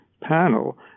panel